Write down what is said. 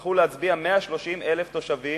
הלכו להצביע 130,000 תושבים,